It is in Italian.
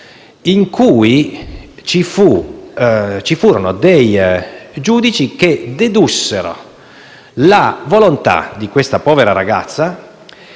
in cui ci furono dei giudici che dedussero la volontà di questa povera ragazza